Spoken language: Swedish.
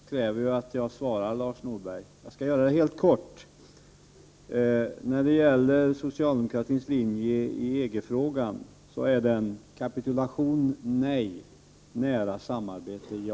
Fru talman! Hövligheten kräver ju att jag svarar Lars Norberg. Jag skall göra det helt kort. Socialdemokratins linje i EG-frågan är: Kapitulation — nej. Nära samarbete —- ja.